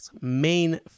main